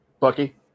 Bucky